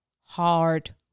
hard